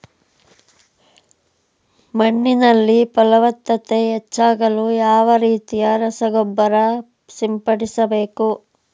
ಮಣ್ಣಿನಲ್ಲಿ ಫಲವತ್ತತೆ ಹೆಚ್ಚಾಗಲು ಯಾವ ರೀತಿಯ ರಸಗೊಬ್ಬರ ಸಿಂಪಡಿಸಬೇಕು?